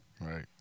Right